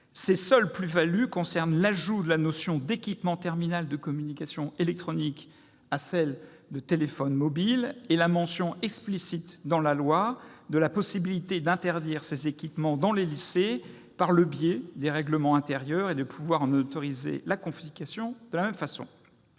Ses seules plus-values sont l'ajout de la notion d'« équipement terminal de communications électroniques » à celle de « téléphone mobile », la mention explicite dans la loi de la possibilité d'interdire ces équipements dans les lycées par le biais des règlements intérieurs et de pouvoir en autoriser la confiscation de la même façon.